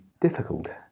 difficult